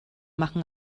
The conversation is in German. machen